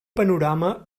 panorama